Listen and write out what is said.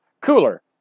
cooler